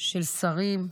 של שרים שמאיימים,